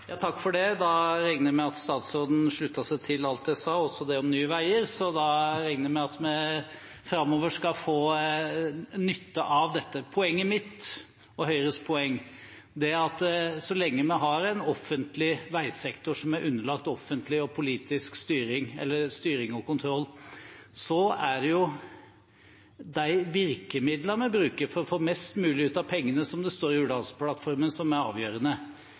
Takk for det. Da regner jeg med at statsråden sluttet seg til alt jeg sa, også det om Nye Veier, og at vi framover skal få nytte av dette. Poenget mitt, og Høyres poeng, er at så lenge vi har en offentlig veisektor som er underlagt offentlig og politisk styring og kontroll, er det jo de virkemidlene vi bruker for å få mest mulig ut av pengene, som det står i Hurdalsplattformen, som er avgjørende.